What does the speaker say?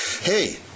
Hey